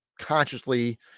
consciously